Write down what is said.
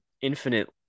infinite